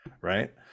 right